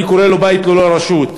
ואני קורא לו בית ללא רשות.